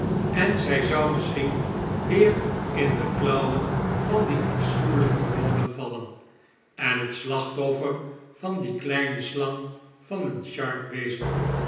en zij zou misschien weer in de klauwen van dien afschuwelijken rawdon vallen en het slachtoffer van die kleine slang van een sharp wezen